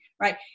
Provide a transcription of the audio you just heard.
right